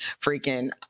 freaking